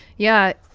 yeah.